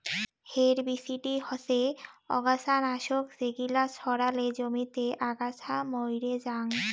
herbicide হসে অগাছা নাশক যেগিলা ছড়ালে জমিতে আগাছা মইরে জাং